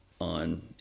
on